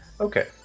Okay